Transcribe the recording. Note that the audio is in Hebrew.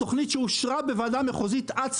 התוכנית שאושרה בוועדה המחוזית עד סופה.